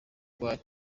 urwaye